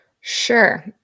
Sure